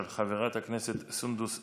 של חברת הכנסת סונדוס סאלח: